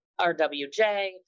RWJ